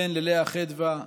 בן ללאה חדווה ולפרופ'